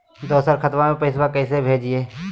दोसर खतबा में पैसबा कैसे भेजिए?